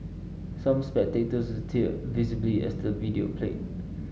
some spectators teared visibly as the video played